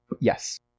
Yes